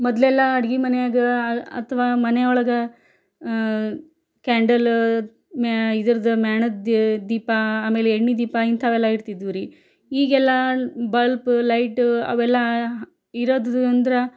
ಮೊದ್ಲೆಲ್ಲ ಅಡ್ಗೆ ಮನೆಯಾಗೆ ಅಥ್ವಾ ಮನೆಯೊಳಗೆ ಕ್ಯಾಂಡಲ್ ಮ್ಯಾ ಇದ್ರದ್ದು ಮೇಣದ ದೀಪ ಆಮೇಲೆ ಎಣ್ಣೆ ದೀಪ ಇಂಥವೆಲ್ಲ ಇಡ್ತಿದ್ದೆವು ರೀ ಈಗೆಲ್ಲ ಬಲ್ಪ್ ಲೈಟ್ ಅವೆಲ್ಲ ಇರೋದರಿಂದ